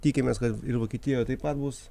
tikimės kad ir vokietijoje taip pat bus